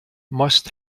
must